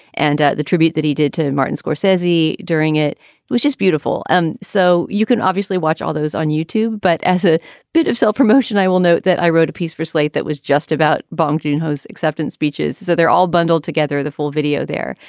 and the tribute that he did to martin scorsese, he during it was just beautiful. and so you can obviously watch all those on youtube. but as a bit of self-promotion, i will note that i wrote a piece for slate that was just about bambinos acceptance speeches. so they're all bundled together, the full video there.